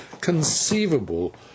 conceivable